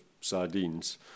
sardines